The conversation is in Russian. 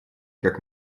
как